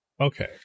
Okay